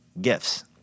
gifts